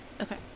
Okay